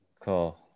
Cool